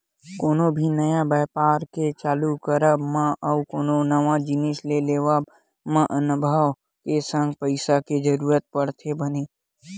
कोनो भी नवा बेपार के चालू करब मा अउ कोनो नवा जिनिस के लेवब म अनभव के संग पइसा के जरुरत पड़थे बने